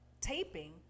taping